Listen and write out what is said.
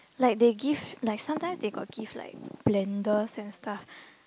like they give like sometimes they got gift like blender and stuff